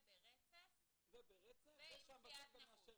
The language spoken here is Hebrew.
וברצף ועם קביעת נכות.